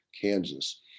Kansas